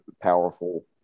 powerful